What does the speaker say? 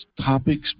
topics